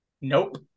Nope